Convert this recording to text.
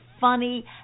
funny